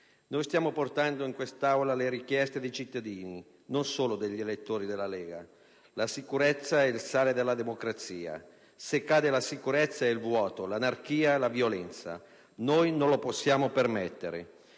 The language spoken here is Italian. noi stiamo portando in quest'Aula le richieste dei cittadini, non solo degli elettori della Lega. La sicurezza è il sale della democrazia; se cade la sicurezza è il vuoto, l'anarchia, la violenza. Noi non lo possiamo permettere.